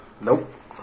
Nope